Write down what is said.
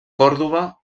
córdoba